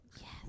Yes